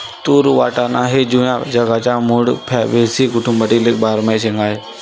तूर वाटाणा हे जुन्या जगाच्या मूळ फॅबॅसी कुटुंबातील एक बारमाही शेंगा आहे